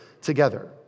together